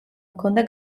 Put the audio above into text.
ჰქონდა